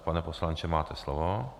Pane poslanče, máte slovo.